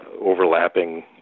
overlapping